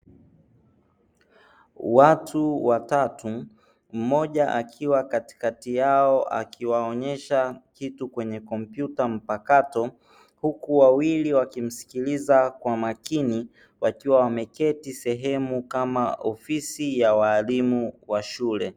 Watu watatu mmoja akiwa katikati yao akiwaonyesha kitu kwenye kompyuta mpakato, huku wawili wakimsikiliza kwa makini, wakiwa wameketi sehemu kama ofisi ya walimu wa shule.